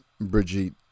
Brigitte